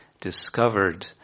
discovered